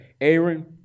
Aaron